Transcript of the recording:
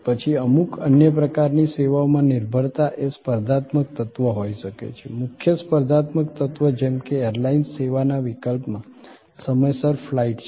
પછી અમુક અન્ય પ્રકારની સેવાઓમાં નિર્ભરતા એ સ્પર્ધાત્મક તત્વ હોઈ શકે છે મુખ્ય સ્પર્ધાત્મક તત્વ જેમ કે એરલાઈન્સ સેવાના વિકલ્પમાં સમયસર ફ્લાઇટ છે